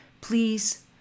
please